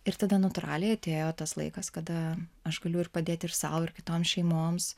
ir tada natūraliai atėjo tas laikas kada aš galiu ir padėti ir sau ir kitoms šeimoms